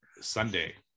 Sunday